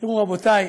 תראו, רבותי.